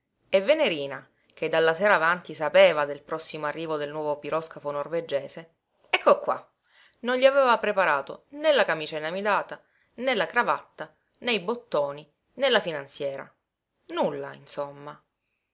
e venerina che dalla sera avanti sapeva del prossimo arrivo del nuovo piroscafo norvegese ecco qua non gli aveva preparato né la camicia inamidata né la cravatta né i bottoni né la finanziera nulla insomma